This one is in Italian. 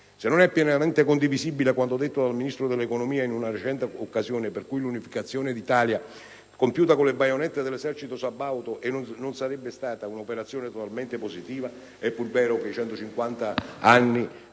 Se non è pienamente condivisibile quanto detto dal Ministro dell'economia in una recente occasione, relativamente al fatto che l'unificazione d'Italia, compiuta con le baionette dell'esercito sabaudo, non sarebbe stata un'operazione totalmente positiva, è pur vero che i 150 anni